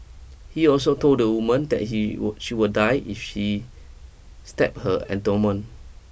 he also told the woman that he would she would die if she stabbed her abdomen